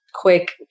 quick